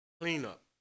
cleanup